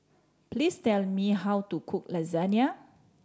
please tell me how to cook Lasagne